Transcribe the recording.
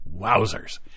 Wowzers